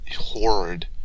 horrid